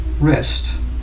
rest